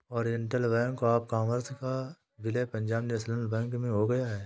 Oriental bank of commerce का विलय Punjab national bank में हो गया है